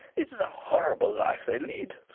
it is a horrible life they lead.